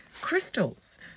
Crystals